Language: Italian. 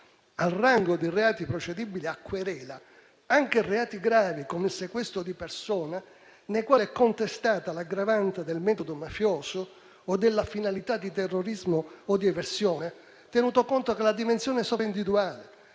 al rango di reati procedibili a querela anche reati gravi, come il sequestro di persona, nei quali è contestata l'aggravante del metodo mafioso o della finalità di terrorismo o di eversione, tenuto conto che la dimensione sovra-individuale,